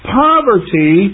poverty